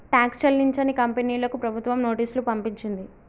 tax చెల్లించని కంపెనీలకు ప్రభుత్వం నోటీసులు పంపించింది